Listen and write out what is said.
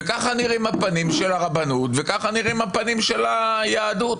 וככה נראים הפנים של הרבנות וככה נראים הפנים של היהדות.